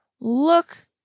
look